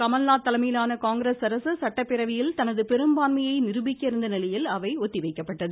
கமல்நாத் தலைமையிலான காங்கிரஸ் அரசு சட்டப்பேரவையில் தனது பெரும்பான்மையை நிருபிக்க இருந்தநிலையில் அவை ஒத்திவைக்கப்பட்டது